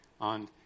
on